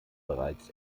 bereits